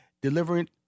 delivering